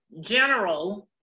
general